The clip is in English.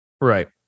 Right